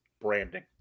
Branding